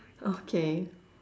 okay